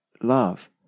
Love